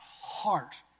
heart